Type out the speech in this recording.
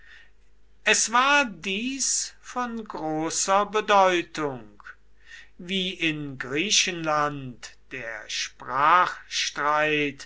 es war dies von großer bedeutung wie in griechenland der